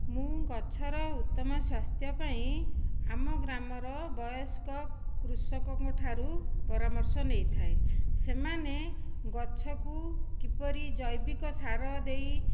ମୁଁ ଗଛର ଉତ୍ତମ ସ୍ୱାସ୍ଥ୍ୟ ପାଇଁ ଆମ ଗ୍ରାମର ବୟସ୍କ କୃଷକଙ୍କଠାରୁ ପରାମର୍ଶ ନେଇଥାଏ ସେମାନେ ଗଛକୁ କିପରି ଜୈବିକ ସାର ଦେଇ